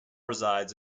resides